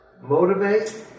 motivate